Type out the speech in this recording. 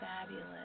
Fabulous